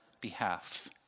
behalf